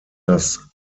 das